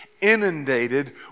inundated